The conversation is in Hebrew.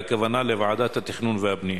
והכוונה לוועדת התכנון והבנייה.